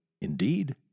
indeed